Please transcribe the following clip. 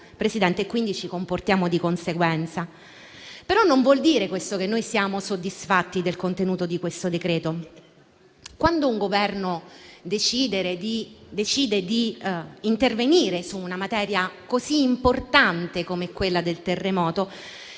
così e quindi ci comportiamo di conseguenza. Questo, però, non vuol dire che siamo soddisfatti del contenuto del decreto-legge in esame. Quando un Governo decide di intervenire su una materia così importante come quella del terremoto,